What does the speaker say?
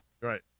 Right